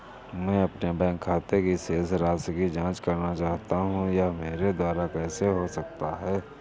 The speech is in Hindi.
मैं अपने बैंक खाते की शेष राशि की जाँच करना चाहता हूँ यह मेरे द्वारा कैसे हो सकता है?